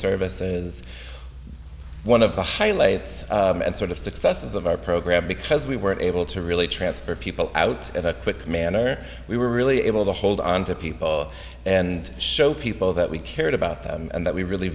services one of the highlights and sort of successes of our program because we were able to really transfer people out at a quick manner we were really able to hold on to people and show people that we cared about them and that we really